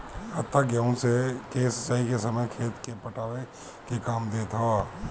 हत्था गेंहू के सिंचाई के समय खेत के पटावे के काम देत हवे